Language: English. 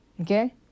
Okay